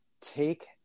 take